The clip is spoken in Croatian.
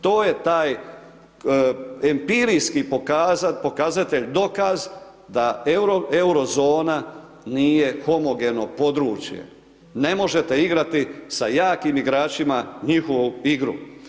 To je taj empirijski pokazatelj, dokaz, da Euro zona nije homogeno područje, ne možete igrati sa jakim igračima njihovu igru.